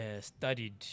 studied